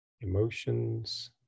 emotions